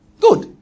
Good